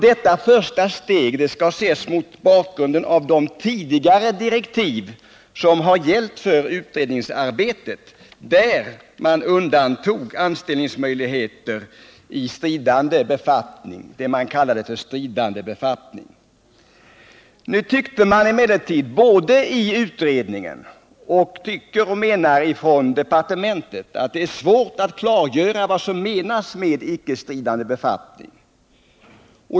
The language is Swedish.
Detta första steg skall emellertid ses mot bakgrund av de tidigare direktiv som har gällt för utredningsarbetet, där man undantog anställningsmöjlig heterna i det man kallade ”stridande befattning”. Man tyckte emellertid både inom utredningen och inom departementet att det var svårt att klargöra vad som menas med stridande resp. icke stridande befattningar.